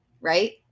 right